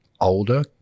older